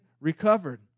recovered